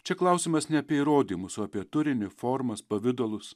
čia klausimas ne apie įrodymus o apie turinį formas pavidalus